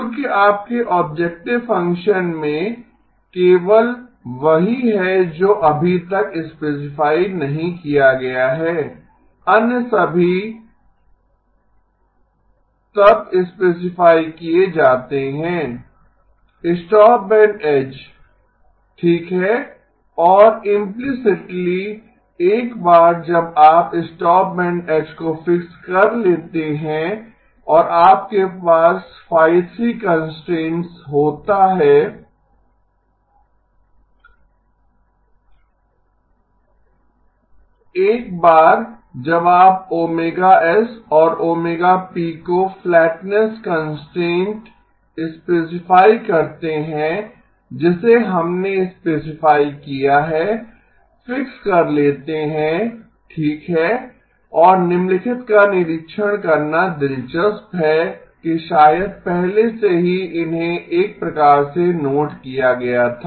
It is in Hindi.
क्योंकि आपके ऑब्जेक्टिव फंक्शन में केवल वही है जो अभी तक स्पेसिफाई नहीं किया गया है अन्य सभी तब स्पेसिफाई किये जाते हैं स्टॉपबैंड एज ठीक है और इम्प्लिसिटली एक बार जब आप स्टॉपबैंड एज को फिक्स कर लेते हैं और आपके पास ϕ3 कंस्ट्रेंट्स होतें हैं एक बार जब आप ωs और ωp को फ्लैटनेस कंस्ट्रेंट स्पेसिफाई करते हैं जिसे हमने स्पेसिफाई किया है फिक्स कर लेते हैं ठीक है और निम्नलिखित का निरीक्षण करना दिलचस्प है कि शायद पहले से ही इन्हें एक प्रकार से नोट किया गया था